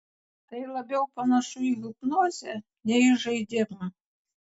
tai labiau panašu į hipnozę nei į žaidimą